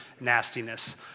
nastiness